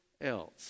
else